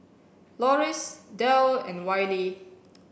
Loris Delle and Wylie